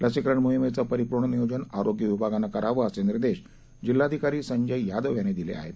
लसीकरणमोहिमेचंपरिपूर्णनियोजनआरोग्यविभागानंकरावं असेनिर्देशजिल्हाधिकारीसंजययादवयांनीदिलेआहेत